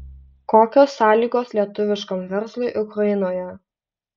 kokios sąlygos lietuviškam verslui ukrainoje